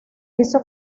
hizo